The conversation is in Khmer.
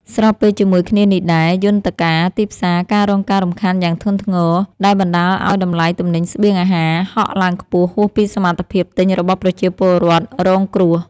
ស្របពេលជាមួយគ្នានេះដែរ យន្តការទីផ្សារក៏រងការរំខានយ៉ាងធ្ងន់ធ្ងរ ដែលបណ្តាលឱ្យតម្លៃទំនិញស្បៀងអាហារហក់ឡើងខ្ពស់ហួសពីសមត្ថភាពទិញរបស់ប្រជាពលរដ្ឋរងគ្រោះ។